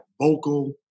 vocal